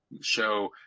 show